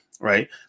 right